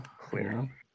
Clear